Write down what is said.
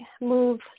move